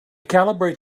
calibrate